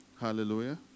Hallelujah